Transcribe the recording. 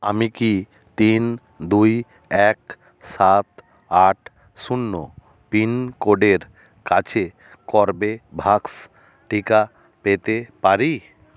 আমি কি তিন দুই এক সাত আট শূন্য পিনকোডের কাছে কর্বেভাক্স টিকা পেতে পারি